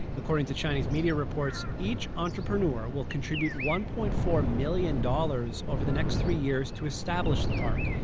according to chinese media reports, each entrepreneur will contribute one point four million dollars over the next three years to establish the park.